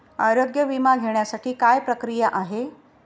आरोग्य विमा घेण्यासाठी काय प्रक्रिया आहे?